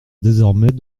désormais